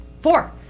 Four